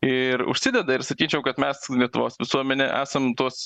ir užsideda ir sakyčiau kad mes lietuvos visuomenė esam tuos